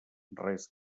res